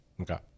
Okay